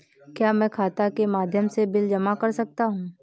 क्या मैं खाता के माध्यम से बिल जमा कर सकता हूँ?